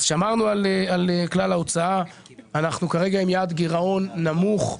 שמרנו על כלל ההוצאה כך שאנחנו כרגע עם יעד גירעון נמוך.